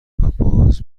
باز